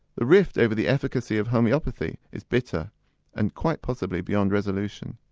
the rift over the efficacy of homeopathy is bitter and quite possibly beyond resolution.